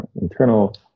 internal